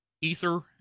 Ether